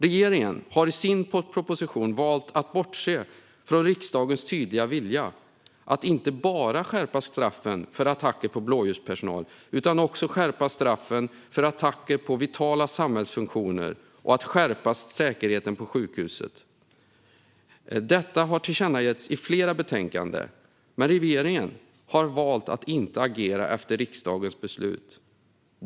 Regeringen har i sin proposition valt att bortse från riksdagens tydliga vilja att inte bara skärpa straffen för attacker på blåljuspersonal utan också skärpa straffen för attacker på vitala samhällsfunktioner och att skärpa säkerheten på sjukhusen. Detta har tillkännagetts i flera betänkanden. Men regeringen har valt att inte agera efter riksdagens beslut.